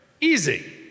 easy